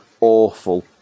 awful